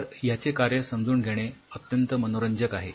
तर याचे कार्य समजून घेणे अत्यंत मनोरंजक आहे